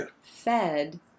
fed